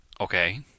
Okay